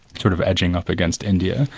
sort of edging up against india.